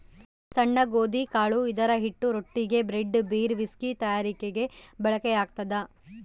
ಸಣ್ಣ ಗೋಧಿಕಾಳು ಇದರಹಿಟ್ಟು ರೊಟ್ಟಿಗೆ, ಬ್ರೆಡ್, ಬೀರ್, ವಿಸ್ಕಿ ತಯಾರಿಕೆಗೆ ಬಳಕೆಯಾಗ್ತದ